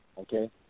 Okay